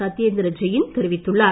சத்யேந்திர ஜெயின் தெரிவித்துள்ளார்